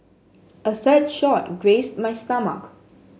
a third shot grazed my stomach